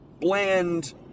Bland